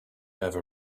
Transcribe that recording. ever